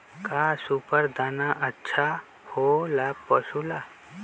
का सुपर दाना अच्छा हो ला पशु ला?